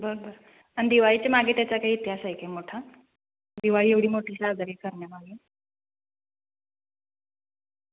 बरं बरं आणि दिवाळीच्या मागे त्याचा काही इतिहास आहे की मोठा दिवाळी एवढी मोठी साजरी करण्यामागे